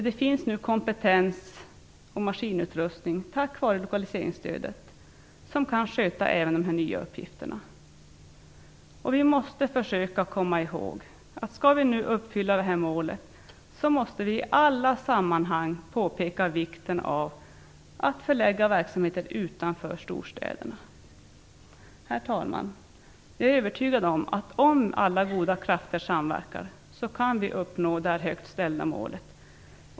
Det finns nu kompetens och maskinutrustning tack vare lokaliseringsstödet så att man kan sköta även de nya uppgifterna. Vi måste försöka komma ihåg att om vi skall uppfylla målet, måste vi i alla sammanhang påpeka vikten av att förlägga verksamhet utanför storstäderna. Herr talman! Jag är övertygad om att om alla goda krafter samverkar, kan vi uppnå det högt ställda målet.